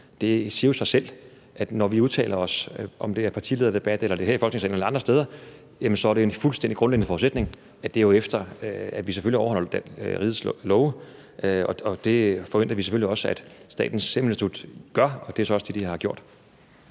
Det siger sig selv, at det, når vi udtaler os – om det er i en partilederdebat, eller det er her i Folketingssalen eller andre steder – er en fuldstændig grundlæggende forudsætning, at vi jo selvfølgelig med det overholder rigets love. Det forventer vi selvfølgelig også at Statens Serum Institut gør, og det er så også det, de har gjort.